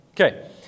Okay